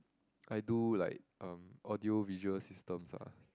I do like um audio visual systems ah